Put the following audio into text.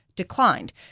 Declined